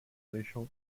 glacial